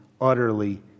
utterly